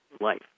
life